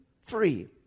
free